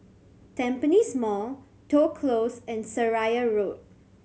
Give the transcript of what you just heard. Tampines Mall Toh Close and Seraya Road